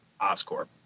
Oscorp